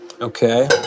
Okay